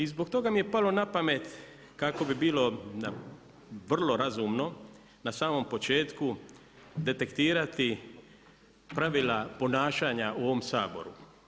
I zbog toga mi je palo na pamet, kako bi bilo vrlo razumno na samom početku detektirati pravila ponašanja u ovom Saboru.